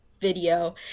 video